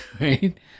Right